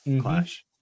clash